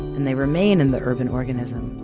and they remain in the urban organism.